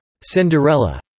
Cinderella